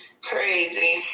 Crazy